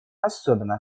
особенно